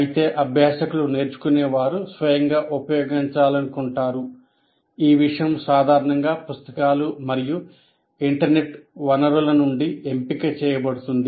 అయితే అభ్యాసకులు నేర్చుకునేవారు స్వయంగా ఉపయోగించుకుంటారు ఈ విషయం సాధారణంగా పుస్తకాలు మరియు ఇంటర్నెట్ వనరుల నుండి ఎంపిక చేయబడుతుంది